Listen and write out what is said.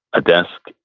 a desk,